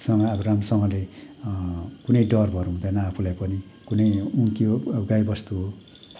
सँग आब राम्रोसँगले कुनै डर भर हुँदैन आफूलाई पनि कुनै उम्क्यो अब गाई बस्तु हो